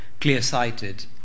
clear-sighted